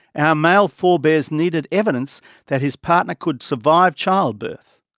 our male forbears needed evidence that his partner could survive childbirth.